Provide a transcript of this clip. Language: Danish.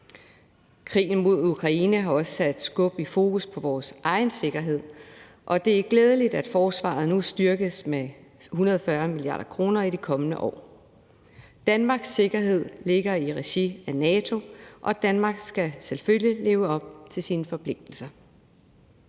Krigen mod Ukraine har også sat skub i fokus på vores egen sikkerhed, og det er glædeligt, at forsvaret nu styrkes med 140 mia. kr. i de kommende år. Danmarks sikkerhed ligger i regi af NATO, og Danmark skal selvfølgelig leve op til sine forpligtelser.